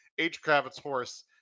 HKravitzHorse